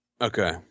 Okay